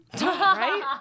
right